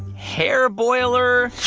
hair boiler,